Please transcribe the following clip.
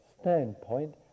standpoint